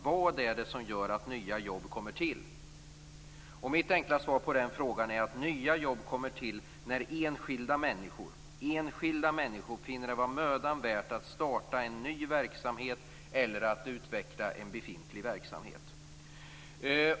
Vad är det som gör att nya jobb kommer till? Mitt enkla svar på den frågan är att nya jobb kommer till när enskilda människor finner det vara mödan värt att starta en ny verksamhet eller att utveckla en befintlig verksamhet.